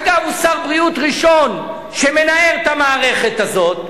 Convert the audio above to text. אגב, הוא שר הבריאות הראשון שמנער את המערכת הזאת,